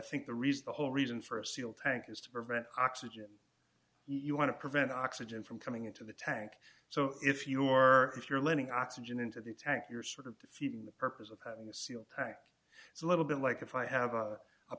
think the reason the whole reason for a sealed tank is to prevent oxygen you want to prevent oxygen from coming into the tank so if your if you're landing oxygen into the tank you're sort of defeating the purpose of having a seal pack it's a little bit like if i have a